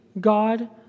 God